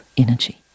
energy